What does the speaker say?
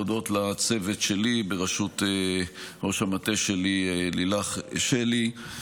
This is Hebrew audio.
להודות לצוות שלי בראשות ראש המטה שלי לילך שלי.